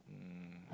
um